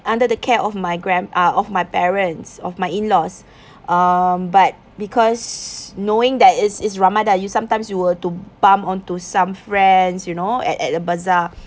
under the care of my grand uh of my parents of my in-laws um but because knowing that it's it's ramadan you sometimes you were to bump onto some friends you know at at the bazaar